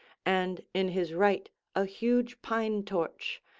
and in his right a huge pine-torch,